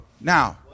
now